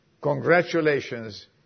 Congratulations